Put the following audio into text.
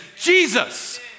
Jesus